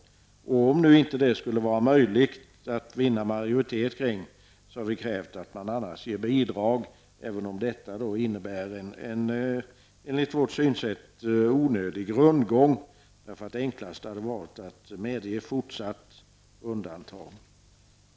Om det inte blir möjligt att vinna majoritet för det förslaget, har vi krävt att verksamheten ges bidrag, även om det enligt vårt synsätt innebär en onödig rundgång. Det enklaste vore att medge fortsatt undantag från mervärdeskatt.